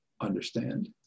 understand